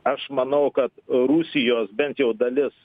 aš manau kad rusijos bent jau dalis